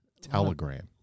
Telegram